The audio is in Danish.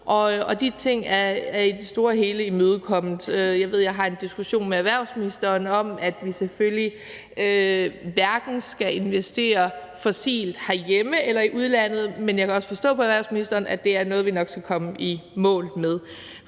De ting er i det store og hele imødekommet. Jeg har en diskussion med erhvervsministeren om, at vi selvfølgelig hverken skal investere fossilt herhjemme eller i udlandet, men jeg kan også forstå på erhvervsministeren, at det er noget, vi nok skal komme i mål med.